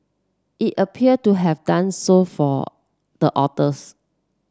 it appear to have done so for the authors